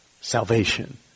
salvation